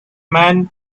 man